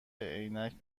عینک